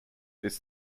this